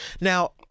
Now